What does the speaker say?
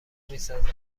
میسازد